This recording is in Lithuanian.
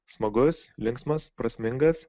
smagus linksmas prasmingas